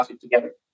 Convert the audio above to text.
together